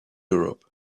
europe